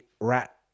rat